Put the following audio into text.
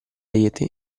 rete